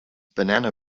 banana